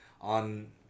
on